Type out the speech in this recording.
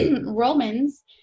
Romans